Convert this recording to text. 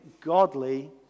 godly